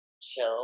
chill